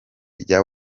rya